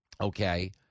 okay